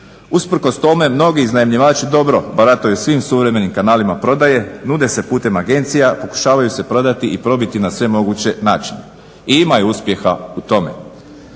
Usprkos tome mnogi iznajmljivači dobro barataju svim suvremenim kanalima prodaje, nude se putem agencija, pokušavaju se prodati i probiti i na sve moguće načine i imaju uspjeha u tome.